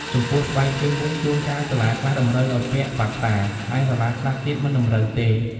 ចំំពោះ ស្បែកជើងវិញ ជួនកាលសាលាខ្លះ តម្រូវឲ្យពាក់ប៉ាតតា ឯសាលាខ្លះទៀត មិនតម្រូវទេ។